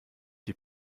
die